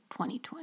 2020